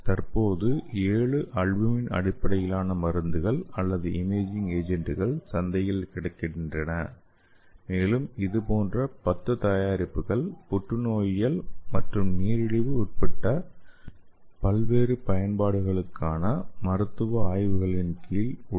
தற்போது ஏழு ஆல்புமின் அடிப்படையிலான மருந்துகள் அல்லது இமேஜிங் ஏஜென்ட்கள் சந்தையில் கிடைக்கின்றன மேலும் இதுபோன்ற 10 தயாரிப்புகள் புற்றுநோயியல் மற்றும் நீரிழிவு உள்ளிட்ட பல்வேறு பயன்பாடுகளுக்கான மருத்துவ ஆய்வுகளின் கீழ் உள்ளன